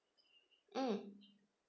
mm